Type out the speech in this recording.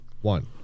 one